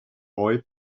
boy